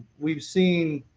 we've seen